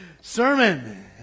sermon